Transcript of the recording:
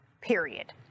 period